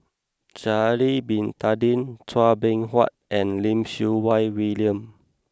Sha'ari bin Tadin Chua Beng Huat and Lim Siew Wai William